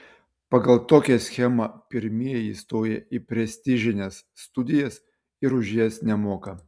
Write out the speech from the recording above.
pagal tokią schemą pirmieji įstoja į prestižines studijas ir už jas nemoka